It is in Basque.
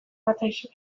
natzaizue